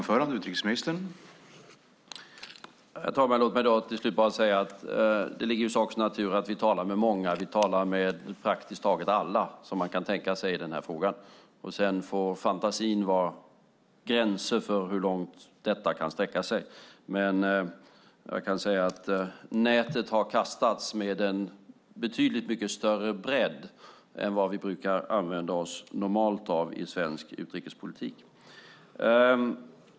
Herr talman! Låt mig till slut bara säga att det ligger i sakens natur att vi talar med många. Vi talar med praktiskt taget alla som man kan tänka sig i den här frågan. Sedan får fantasin sätta gränsen för hur långt detta kan sträcka sig. Men jag kan säga att nätet har kastats med en betydligt mycket större bredd än vad vi normalt brukar använda oss av i svensk utrikespolitik.